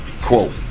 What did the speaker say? quote